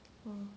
oh